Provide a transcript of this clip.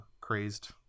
crazed